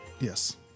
Yes